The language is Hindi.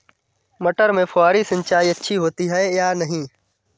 मटर में फुहरी सिंचाई अच्छी होती है या नहीं?